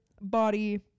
body